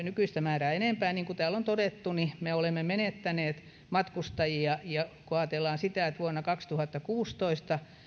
nykyistä määrää enempää ja niin kuin täällä on todettu me olemme menettäneet matkustajia kun ajatellaan että vuonna kaksituhattakuusitoista